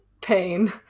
pain